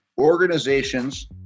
Organizations